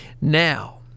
Now